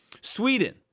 Sweden